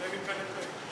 מלא מפה לפה.